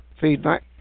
feedback